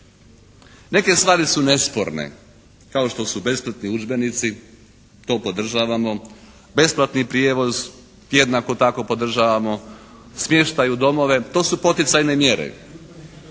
Neke stvari su nesporne, kao što su besplatni udžbenici, to podržavamo, besplatni prijevoz, jednako tako podržavamo, smještaj u domove, to su poticajne mjere,